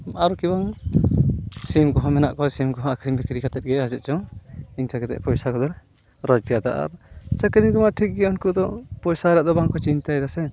ᱟᱨ ᱠᱮᱣ ᱥᱤᱢ ᱠᱚᱦᱚᱸ ᱢᱮᱱᱟᱜ ᱠᱚᱣᱟ ᱥᱤᱢ ᱠᱚᱦᱚᱸ ᱟᱹᱠᱷᱨᱤᱧ ᱵᱤᱠᱨᱤ ᱠᱟᱛᱮ ᱜᱮ ᱪᱮᱫᱪᱚᱝ ᱤᱱᱠᱟᱹ ᱠᱟᱛᱮ ᱯᱚᱭᱥᱟᱫᱚ ᱞᱮ ᱨᱚᱡᱽᱜᱟᱨ ᱮᱫᱟ ᱟᱨ ᱪᱟᱹᱠᱨᱤ ᱠᱚᱣᱟᱜ ᱴᱷᱤᱠ ᱜᱮᱭᱟ ᱩᱱᱠᱚ ᱫᱚ ᱯᱚᱭᱥᱟ ᱨᱮᱭᱟᱜᱫᱚ ᱵᱟᱝᱠᱚ ᱪᱤᱱᱛᱟᱭᱫᱟ ᱥᱮ